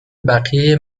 بقیه